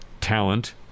talent